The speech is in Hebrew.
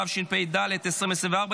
התשפ"ד 2024,